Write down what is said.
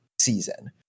season